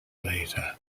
later